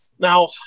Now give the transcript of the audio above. Now